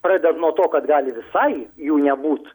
pradedant nuo to kad gali visai jų nebūt